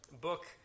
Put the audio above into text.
book